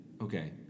Okay